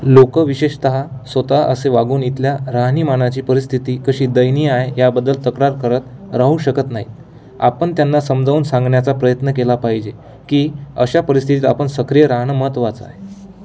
लोकं विशेषतः स्वतः असे वागून इथल्या राहणीमानाची परिस्थिती कशी दयनीय आहे याबद्दल तक्रार करत राहू शकत नाहीत आपण त्यांना समजावून सांगण्याचा प्रयत्न केला पाहिजे की अशा परिस्थितीत आपण सक्रिय राहणं महत्वाचं आहे